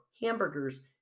hamburgers